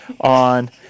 on